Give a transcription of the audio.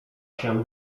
się